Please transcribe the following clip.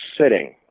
sitting